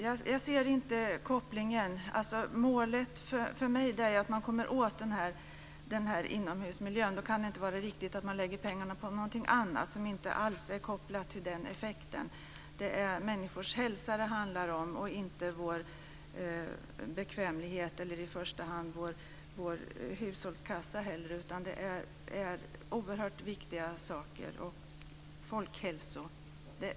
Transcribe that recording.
Jag ser inte kopplingen. Målet för mig är att man kommer åt inomhusmiljön. Då kan det inte vara riktigt att man lägger pengarna på någonting annat som inte alls är kopplat till den effekten. Det är människors hälsa det handlar om, inte vår bekvämlighet och inte heller i första hand vår hushållskassa. Det här är oerhört viktiga saker. Det här är ett folkhälsoproblem.